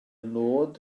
nod